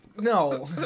No